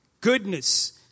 goodness